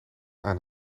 aan